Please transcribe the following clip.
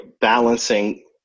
balancing